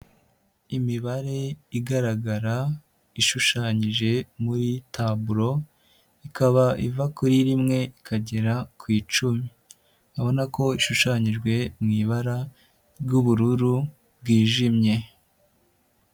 Imibare igaragara, ishushanyije muri taburo, ikaba iva kuri rimwe ikagera ku icumi, urabona ko ishushanyijwe mu ibara ry'ubururu bwijimye.